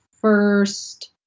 first